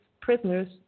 prisoners